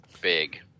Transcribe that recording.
big